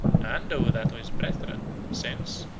and over that of his brethren, since,